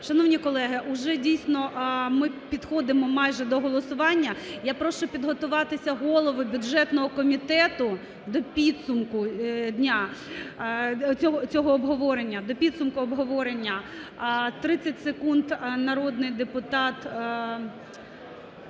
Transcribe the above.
Шановні колеги, уже, дійсно, ми підходимо майже до голосування. Я прошу підготуватися голові бюджетного комітету до підсумку дня… цього обговорення, до підсумку обговорення. 30 секунд, народний депутат